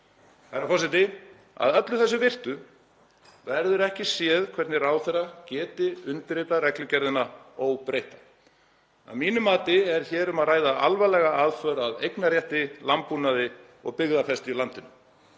Herra forseti. Að öllu þessu virtu verður ekki séð hvernig ráðherra getur undirritað reglugerðina óbreytta. Að mínu mati er hér um að ræða alvarlega aðför að eignarrétti, landbúnaði og byggðafestu í landinu.